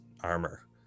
armor